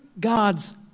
God's